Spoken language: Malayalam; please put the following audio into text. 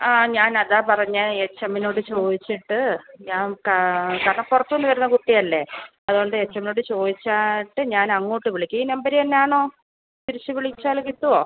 ആ ഞാനതാണ് പറഞ്ഞത് എച്ചെ എമ്മിനോട് ചോദിച്ചിട്ട് ഞാൻ ക കടപ്പുറത്തുന്ന് വരുന്ന കുട്ടിയല്ലേ അതുകൊണ്ട് എച്ചെ എമ്മിനോട് ചോദിച്ചാട്ട് ഞാനങ്ങോട്ട് വിളിക്കാം ഈ നമ്പര് തന്നാണോ തിരിച്ച് വിളിച്ചാൽ കിട്ടുമോ